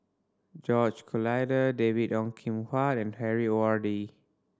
George Collyer David Ong Kim Huat and Harry